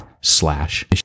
slash